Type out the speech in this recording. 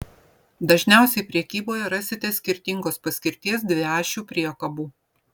dažniausiai prekyboje rasite skirtingos paskirties dviašių priekabų